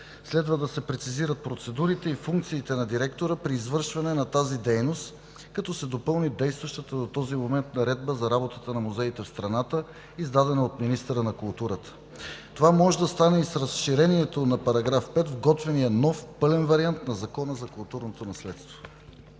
Следва да се прецизират процедурите и функциите на директора при извършване на тази дейност, като се допълни действащата до този момент Наредба за работата на музеите в страната, издадена от министъра на културата. Това може да стане и с разширението на § 5 в подготвения нов, пълен вариант на Закона за културното наследство.